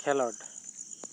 ᱠᱷᱮᱞᱳᱰ